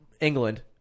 England